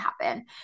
happen